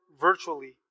virtually